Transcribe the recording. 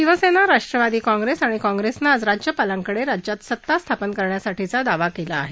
शिवसेना राष्ट्रवादी काँप्रेस आणि काँप्रेसनं आज राज्यपालांकडे राज्यात सत्ता स्थापन करण्यासाठीचा दावा केला आहे